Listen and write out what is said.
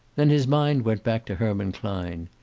then his mind went back to herman klein.